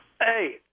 Hey